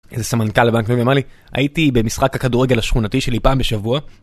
איזה סמנקל לבנק מבימאלי, הייתי במשחק הכדורגל השכונתי שלי פעם בשבוע.